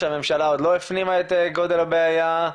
שהממשלה עוד לא הפנימה את גודל הבעיה?